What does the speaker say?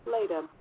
later